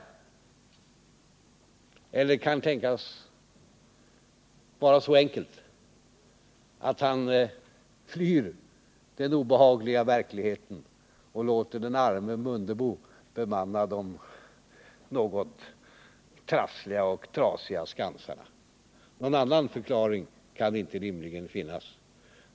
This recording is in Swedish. Och det kan tänkas vara så enkelt att han flyr den obehagliga verkligheten och låter den arme Ingemar Mundebo bemanna de något trassliga och trasiga skansarna. Någon annan förklaring kan det inte rimligen finnas.